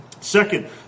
Second